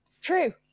True